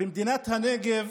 במדינת הנגב